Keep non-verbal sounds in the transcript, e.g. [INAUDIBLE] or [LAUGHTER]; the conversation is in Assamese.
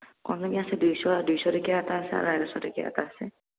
[UNINTELLIGIBLE] আছে দুইশ দুইশ টকীয়া এটা আছে আৰু আঢ়ৈশ টকীয়া এটা আছে